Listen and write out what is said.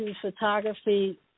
photography